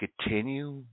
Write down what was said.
continue